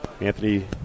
Anthony